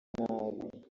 nabi